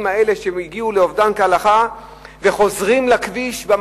האלה שהגיעו לאובדן כהלכה והם חוזרים לכביש,